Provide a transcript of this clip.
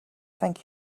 thank